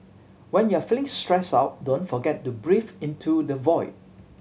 when you are feeling stressed out don't forget to breathe into the void